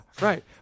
right